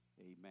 Amen